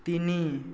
ତିନି